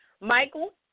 Michael